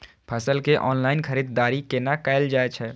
फसल के ऑनलाइन खरीददारी केना कायल जाय छै?